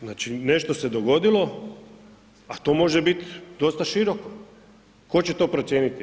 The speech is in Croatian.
Znači nešto se dogodilo, a to može bit dosta široko, tko će to procijeniti?